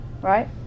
right